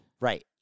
right